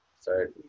Sorry